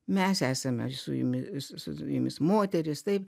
mes esame su jumis su jumis moterys taip